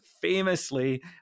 famously